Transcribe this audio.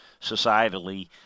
societally